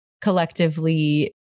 collectively